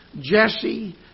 Jesse